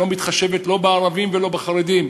שלא מתחשבת לא בערבים ולא בחרדים: